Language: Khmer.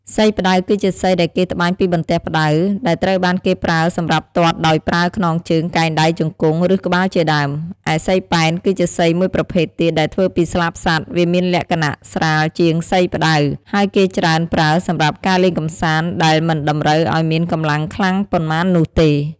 សីផ្ដៅ គឺជាសីដែលគេត្បាញពីបន្ទះផ្ដៅ ដែលត្រូវបានគេប្រើសម្រាប់ទាត់ដោយប្រើខ្នងជើង កែងដៃ ជង្គង់ ឬក្បាល ជាដើម។ឯសីពែន គឺជាសីមួយប្រភេទទៀតដែលធ្វើពីស្លាបសត្វ វាមានលក្ខណៈស្រាលជាងសីផ្ដៅ ហើយគេច្រើនប្រើសម្រាប់ការលេងកម្សាន្តដែលមិនតម្រូវឱ្យមានកម្លាំងខ្លាំងប៉ុន្មាននោះទេ។